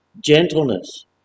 gentleness